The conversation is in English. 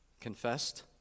confessed